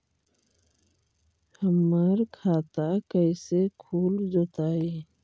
हमर खाता कैसे खुल जोताई?